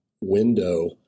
window